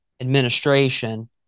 administration